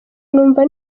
numva